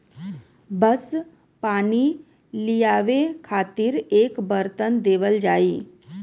बस पानी लियावे खातिर एक बरतन देवल जाई